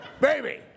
Baby